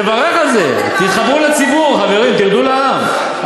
תברך על זה, תתחברו לציבור, חברים, תרדו לעם.